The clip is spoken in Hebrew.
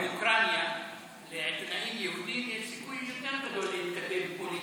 באוקראינה לעיתונאים יהודים יש סיכוי יותר גדול להתקדם פוליטית.